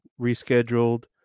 rescheduled